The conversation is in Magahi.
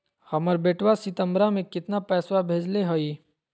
हमर बेटवा सितंबरा में कितना पैसवा भेजले हई?